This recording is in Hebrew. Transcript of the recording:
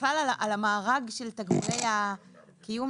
ובכלל על המארג של תגמולי הקיום,